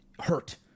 hurt